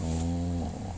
orh